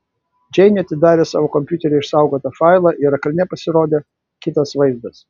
džeinė atidarė savo kompiuteryje išsaugotą failą ir ekrane pasirodė kitas vaizdas